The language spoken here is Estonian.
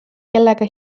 kellega